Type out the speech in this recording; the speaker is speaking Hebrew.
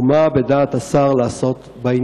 כבוד השר, אנחנו נשחרר אותך.